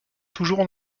toujours